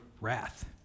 wrath